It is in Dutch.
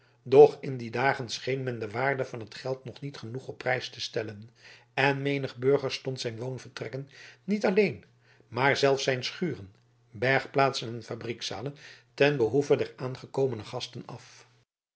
doch in die dagen scheen men de waarde van het geld nog niet genoeg op prijs te stellen en menig burger stond zijn woonvertrekken niet alleen maar zelfs zijn schuren bergplaatsen en fabriekzalen ten behoeve der aangekomene gasten af